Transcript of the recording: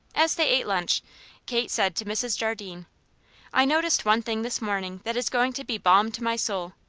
as they ate lunch kate said to mrs. jardine i noticed one thing this morning that is going to be balm to my soul.